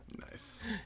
Nice